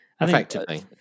Effectively